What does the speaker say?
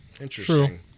Interesting